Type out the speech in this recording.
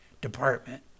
department